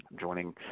joining